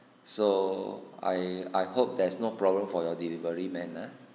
so I I hope there is no problem for your delivery man ah